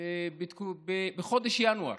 בחודש ינואר,